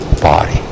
body